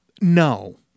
No